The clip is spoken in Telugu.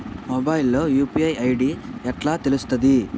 మొబైల్ లో యూ.పీ.ఐ ఐ.డి ఎట్లా తెలుస్తది?